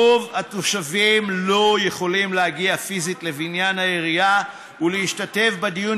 רוב התושבים לא יכולים להגיע פיזית לבניין העירייה ולהשתתף בדיון,